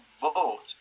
vote